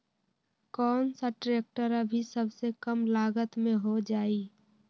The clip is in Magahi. कौन सा ट्रैक्टर अभी सबसे कम लागत में हो जाइ?